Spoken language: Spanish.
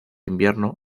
invierno